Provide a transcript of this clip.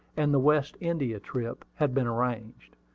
and the west india trip had been arranged.